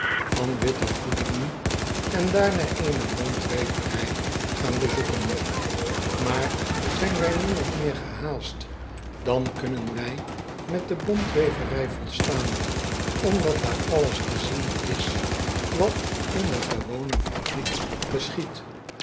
van witte goederen en daarna eene bontweverij gaan bezoeken aar zijn wij min of meer gehaast dan kunnen wij met de b o n t w e v e r i j volstaan omdat daar alles te zien is wat in de gewone fabriek geschiedt